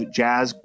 jazz